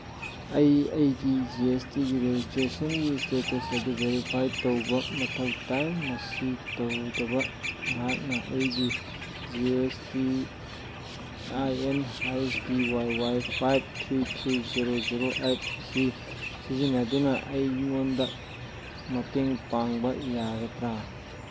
ꯑꯩ ꯑꯩꯒꯤ G S ꯇꯤꯒꯤ ꯔꯦꯖꯤꯁꯇ꯭ꯔꯦꯁꯟꯒꯤ ꯏꯁꯇꯦꯇꯁ ꯑꯗꯨ ꯚꯦꯔꯤꯐꯥꯏꯠ ꯇꯧꯕ ꯃꯊꯧ ꯇꯥꯏ ꯃꯁꯤ ꯇꯧꯗꯕ ꯅꯍꯥꯛꯅ ꯑꯩꯒꯤ G S T I N ꯍꯩꯁ T Y Y five three three zero zero eight ꯑꯁꯤ ꯁꯤꯖꯤꯟꯅꯗꯨꯅ ꯑꯩꯉꯣꯟꯗ ꯃꯇꯦꯡ ꯄꯥꯡꯕ ꯌꯥꯒꯗ꯭ꯔꯥ